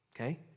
Okay